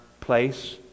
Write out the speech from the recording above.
place